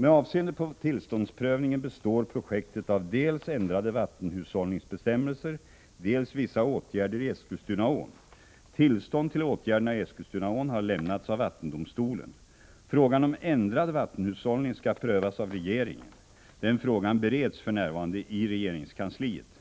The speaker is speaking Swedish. Med avseende på tillståndsprövningen består projektet av dels ändrade vattenhushållningsbestämmelser, dels vissa åtgärder i Eskilstunaån. Tillstånd till åtgärderna i Eskilstunaån har lämnats av vattendomstolen. Frågan om ändrad vattenhushållning skall prövas av regeringen. Den frågan bereds för närvarande i regeringskansliet.